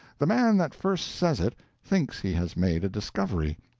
the man that first says it thinks he has made a discovery.